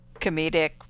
comedic